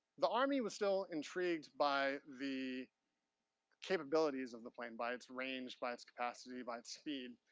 the army was still intrigued by the capabilities of the plane, by its range, by its capacity, by its speed.